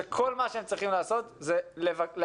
שכל מה שהם צריכים לעשות זה להעלות